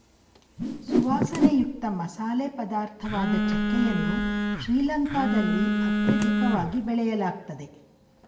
ಸುವಾಸನೆಯುಕ್ತ ಮಸಾಲೆ ಪದಾರ್ಥವಾದ ಚಕ್ಕೆ ಯನ್ನು ಶ್ರೀಲಂಕಾದಲ್ಲಿ ಅತ್ಯಧಿಕವಾಗಿ ಬೆಳೆಯಲಾಗ್ತದೆ